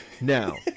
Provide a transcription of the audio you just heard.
Now